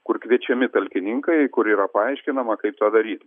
kur kviečiami talkininkai kur yra paaiškinama kaip tą daryti